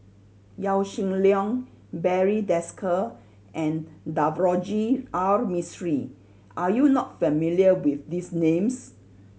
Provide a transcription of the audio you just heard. Yaw Shin Leong Barry Desker and Navroji R Mistri are you not familiar with these names